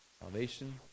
salvation